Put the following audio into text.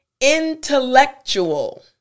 intellectual